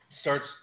starts